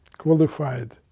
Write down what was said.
qualified